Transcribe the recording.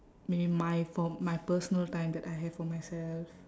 maybe my for my personal time that I have for myself